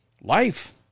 life